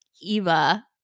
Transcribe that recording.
Eva